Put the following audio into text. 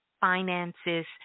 finances